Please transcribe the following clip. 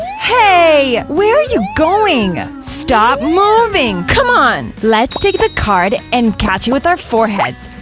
hey, where are you going? stop moving, c'mon! let's take the card and catch it with our foreheads,